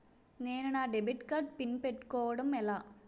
నేను నా debit card PIN పెట్టుకోవడం ఎలా?